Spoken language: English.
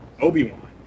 Obi-Wan